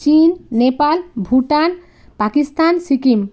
চীন নেপাল ভূটান পাকিস্থান সিকিম